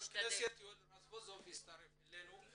חבר הכנסת יואל רזבוזוב הצטרף אלינו.